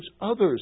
others